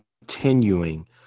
continuing